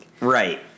Right